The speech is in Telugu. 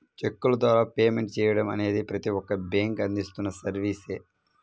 చెక్కుల ద్వారా పేమెంట్ చెయ్యడం అనేది ప్రతి ఒక్క బ్యేంకూ అందిస్తున్న సర్వీసే